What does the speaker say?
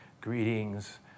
greetings